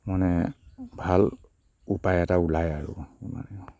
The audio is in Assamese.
মানে ভাল উপায় এটা ওলাই আৰু ইমানে আৰু